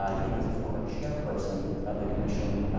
ah he was a former chairperson of the commission,